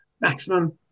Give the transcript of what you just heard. Maximum